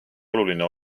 oluline